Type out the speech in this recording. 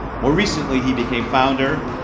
more recently he became founder.